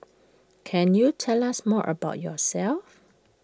can you tell us more about yourself